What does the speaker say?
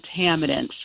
contaminants